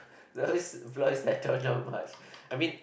always blows that don't know much I mean